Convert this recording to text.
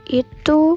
itu